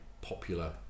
popular